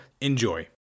enjoy